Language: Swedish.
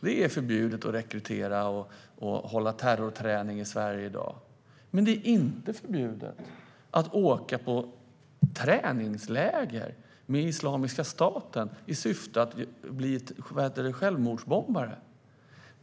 Det är förbjudet att rekrytera och att hålla terrorträning i Sverige i dag, men det är inte förbjudet att åka på träningsläger med Islamiska staten i syfte att bli självmordsbombare.